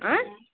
आँय